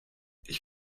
ich